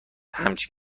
همچین